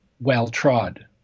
well-trod